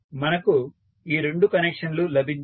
మనకు ఈ రెండు కనెక్షన్లు లభించాయి